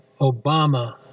Obama